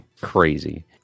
crazy